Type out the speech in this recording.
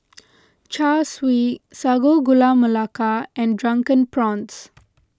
Char Siu Sago Gula Melaka and Drunken Prawns